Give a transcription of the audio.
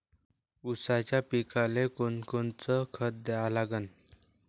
ऊसाच्या पिकाले कोनकोनचं खत द्या लागन?